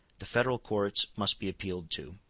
the federal courts must be appealed to.